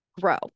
grow